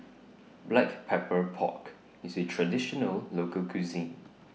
Black Pepper Pork IS A Traditional Local Cuisine